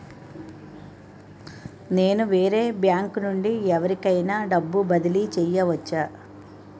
నేను వేరే బ్యాంకు నుండి ఎవరికైనా డబ్బు బదిలీ చేయవచ్చా?